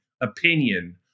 opinion